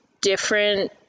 different